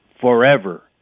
forever